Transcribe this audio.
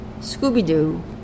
Scooby-Doo